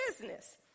business